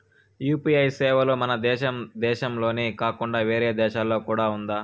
UPI సేవలు మన దేశం దేశంలోనే కాకుండా వేరే దేశాల్లో కూడా ఉందా?